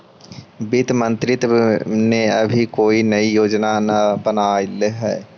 वित्त मंत्रित्व ने अभी कोई नई योजना न बनलई हे